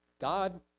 god